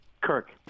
Kirk